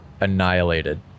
annihilated